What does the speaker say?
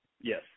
Yes